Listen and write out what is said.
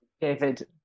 david